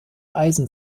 eisen